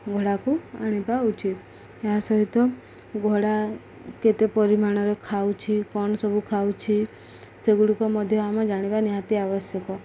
ଘୋଡ଼ାକୁ ଆଣିବା ଉଚିତ ଏହା ସହିତ ଘୋଡ଼ା କେତେ ପରିମାଣରେ ଖାଉଛି କ'ଣ ସବୁ ଖାଉଛି ସେଗୁଡ଼ିକ ମଧ୍ୟ ଆମେ ଜାଣିବା ନିହାତି ଆବଶ୍ୟକ